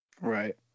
Right